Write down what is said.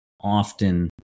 often